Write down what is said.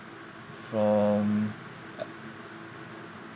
from uh